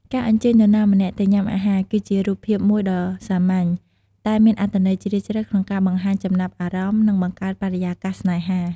ការអញ្ជើញនរណាម្នាក់ទៅញ៉ាំអាហារ គឺជារូបភាពមួយដ៏សាមញ្ញ តែមានអត្ថន័យជ្រាលជ្រៅក្នុងការបង្ហាញចំណាប់អារម្មណ៍ និងបង្កើតបរិយាកាសស្នេហា។